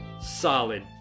solid